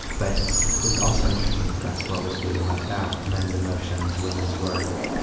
but it was also interesting for us what was being left out men's emotions, women's work,